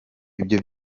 ibyo